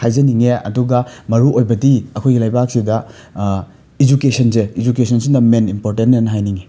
ꯍꯥꯏꯖꯅꯤꯡꯉꯦ ꯑꯗꯨꯒ ꯃꯔꯨꯑꯣꯏꯕꯗꯤ ꯑꯩꯈꯣꯏꯒꯤ ꯂꯩꯕꯥꯛꯁꯤꯗ ꯏꯖꯨꯀꯦꯁꯟꯁꯦ ꯏꯖꯨꯀꯦꯁꯟꯁꯤꯅ ꯃꯦꯟ ꯏꯝꯄꯣꯔꯇꯦꯟꯅꯦꯅ ꯍꯥꯏꯅꯤꯡꯉꯤ